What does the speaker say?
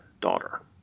daughter